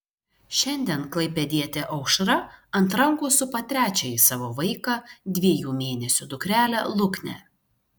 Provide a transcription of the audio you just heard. šiandien klaipėdietė aušra ant rankų supa trečiąjį savo vaiką dviejų mėnesių dukrelę luknę